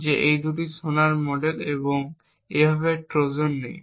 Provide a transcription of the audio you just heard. যে এই দুটি সোনার মডেল এবং এইভাবে একটি ট্রোজান নেই